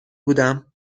بودم